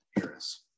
Harris